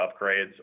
upgrades